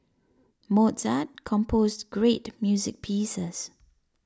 Mozart composed great music pieces